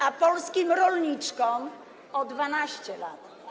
A polskim rolniczkom o 12 lat.